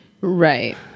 right